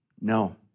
No